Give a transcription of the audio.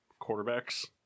quarterbacks